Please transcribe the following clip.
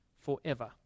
forever